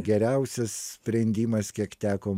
geriausias sprendimas kiek teko